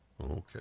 Okay